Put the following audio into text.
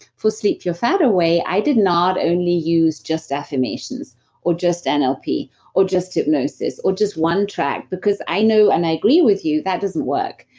for sleep your fat away, i did not only use just affirmations or just and nlp or just hypnosis or just one track because i know, and i agree with you that doesn't work.